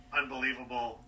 unbelievable